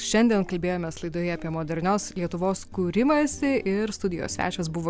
šiandien kalbėjomės laidoje apie modernios lietuvos kūrimąsi ir studijos svečias buvo